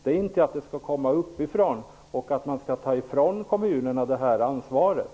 Det står inte att det skall avgöras på en högre nivå och att kommunerna skall fråntas det här ansvaret.